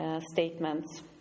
statements